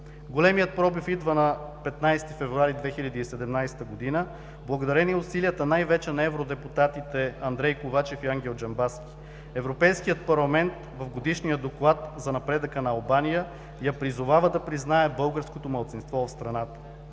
Големият пробив идва на 15 февруари 2017 г., благодарение на усилията най-вече на евродепутатите Андрей Ковачев и Ангел Джамбазки. Европейският парламент в Годишния доклад за напредъка на Албания я призовава да признае българското малцинство в страната.